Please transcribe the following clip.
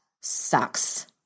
sucks